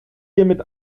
hiermit